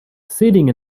sitting